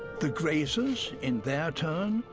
the grazers, in their turn,